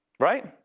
right?